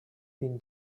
been